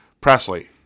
Presley